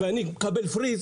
ואני הייתי מקבל "פריז",